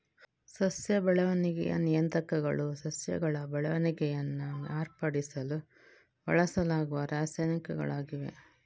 ಸಸ್ಯ ಬೆಳವಣಿಗೆಯ ನಿಯಂತ್ರಕಗಳು ಸಸ್ಯಗಳ ಬೆಳವಣಿಗೆಯನ್ನ ಮಾರ್ಪಡಿಸಲು ಬಳಸಲಾಗುವ ರಾಸಾಯನಿಕಗಳಾಗಿವೆ